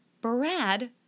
Brad